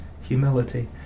humility